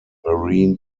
marine